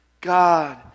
God